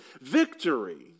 victory